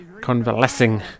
convalescing